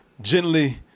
gently